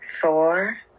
four